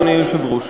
אדוני היושב-ראש,